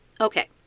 Okay